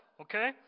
Okay